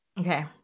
Okay